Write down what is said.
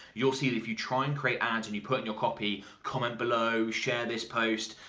you'll see if you try and create ads and you put in your copy, comment below, share this post,